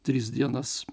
tris dienas